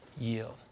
yield